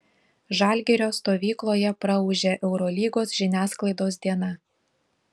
žalgirio stovykloje praūžė eurolygos žiniasklaidos diena